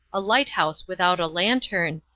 a lighthouse without a lantern,